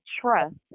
trust